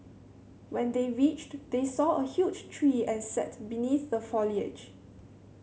when they reached they saw a huge tree and sat beneath the foliage